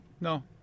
No